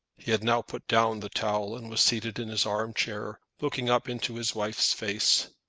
he had now put down the towel, and was seated in his arm-chair, looking up into his wife's face.